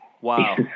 Wow